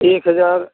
एक हज़ार